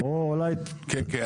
כן.